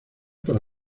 para